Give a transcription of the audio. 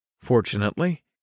Fortunately